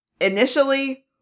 initially